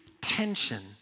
tension